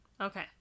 Okay